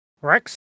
Rex